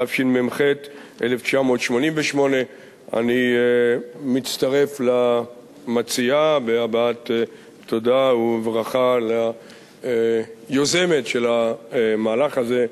התשמ"ח 1988. אני מצטרף למציעה בהבעת תודה וברכה ליוזמת של המהלך הזה,